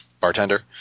bartender